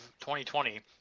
2020